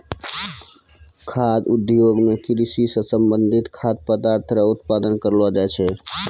खाद्य उद्योग मे कृषि से संबंधित खाद्य पदार्थ रो उत्पादन करलो जाय छै